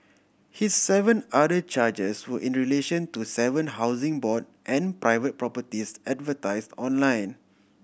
his seven other charges were in relation to seven Housing Board and private properties advertise online